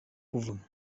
kuvuka